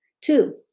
Two